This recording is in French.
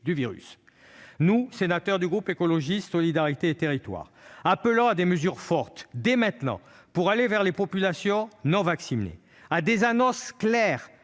du virus. Nous, sénateurs du groupe Écologiste - Solidarité et Territoires, en appelons à des mesures fortes dès maintenant pour aller vers les populations non vaccinées, à des annonces claires